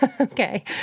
okay